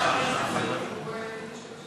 אל תפריעי,